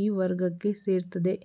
ಈ ವರ್ಗಕ್ಕೆ ಸೇರ್ತದೆ